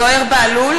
אינו נוכח